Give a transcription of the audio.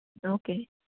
okay